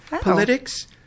politics